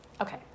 Okay